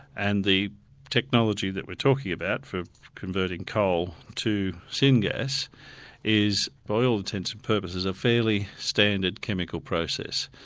and the technology that we're talking about for converting coal to syn gas is by all intents and purposes a fairly standard chemical process.